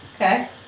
Okay